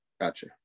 Gotcha